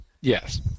Yes